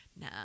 No